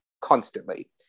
constantly